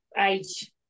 age